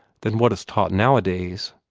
than what is taught nowadays.